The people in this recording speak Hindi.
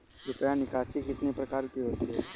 रुपया निकासी कितनी प्रकार की होती है?